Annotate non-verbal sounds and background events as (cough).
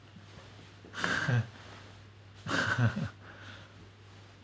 (laughs)